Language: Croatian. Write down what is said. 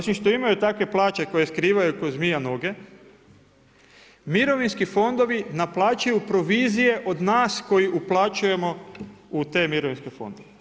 Osim što imaju takve plaće koje skrivaju k'o zmije noge, mirovinski fondovi naplaćuju provizije od nas koji uplaćujemo u te mirovinske fondove.